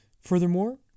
Furthermore